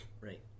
Right